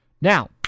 Now